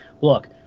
Look